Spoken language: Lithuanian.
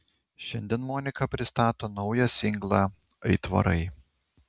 šiandien monika pristato naują singlą aitvarai